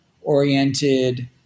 oriented